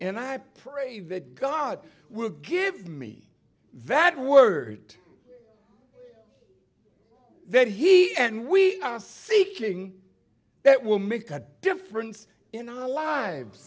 and i pray that god will give me that word that he and we are seeking that will make a difference in our lives